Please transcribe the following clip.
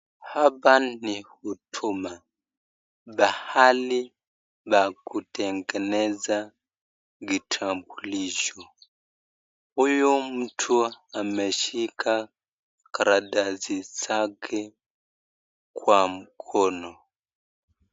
Hapa ni Huduma; pahali pa kutengeneza kitambulisho. Huyu mtu ameshika karatasi zake kwa mkono.